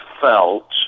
felt